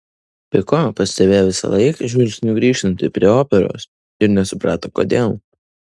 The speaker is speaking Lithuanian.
piko pastebėjo visąlaik žvilgsniu grįžtanti prie operos ir nesuprato kodėl